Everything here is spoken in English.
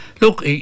look